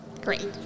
great